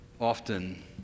often